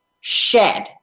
shed